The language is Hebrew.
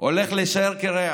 הולך להישאר קירח.